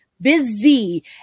busy